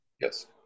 yes